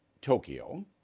Tokyo